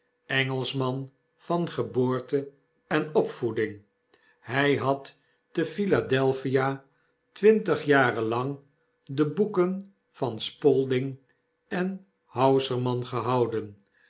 engelschman van geboorte en opvoeding hy had te philadelphia twintig jaren lang de boeken van spalding en hausermann gehouden